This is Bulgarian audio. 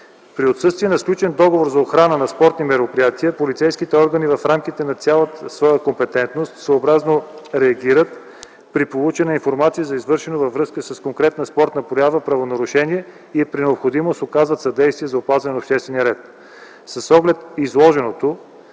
При отсъствие на сключен договор за охрана на спортни мероприятия полицейските органи в рамките на цялата своя компетентност, реагират съобразно при получена информация, получена във връзка с конкретно спортна проява правонарушение и при необходимост оказват съдействие за опазване на обществения ред. С оглед изложеното